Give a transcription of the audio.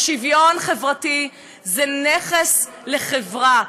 ושוויון חברתי זה נכס לחברה.